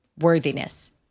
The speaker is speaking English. worthiness